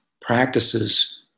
practices